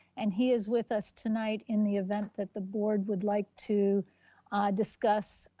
and he is with us tonight in the event that the board would like to discuss